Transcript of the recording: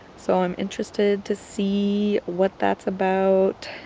so i'm interested to see what that's about,